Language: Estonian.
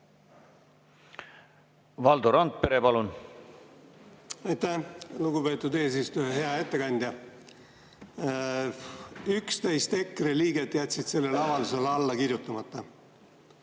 Valdo Randpere, palun! Aitäh, lugupeetud eesistuja! Hea ettekandja! EKRE 11 liiget jättis sellele avaldusele alla kirjutamata.